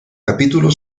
capítulo